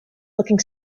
looking